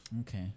Okay